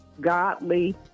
Godly